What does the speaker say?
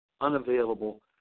unavailable